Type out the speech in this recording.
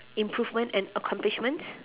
improvement and accomplishments